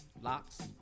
Locks